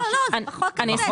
לא, זה בחוק הזה.